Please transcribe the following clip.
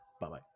bye-bye